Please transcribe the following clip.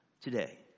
today